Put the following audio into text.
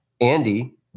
Andy